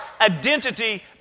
identity